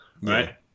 right